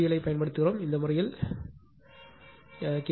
VL ஐப் பயன்படுத்துகிறோம் இந்த முறையில் கே